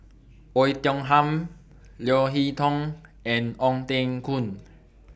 Oei Tiong Ham Leo Hee Tong and Ong Teng Koon